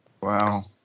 Wow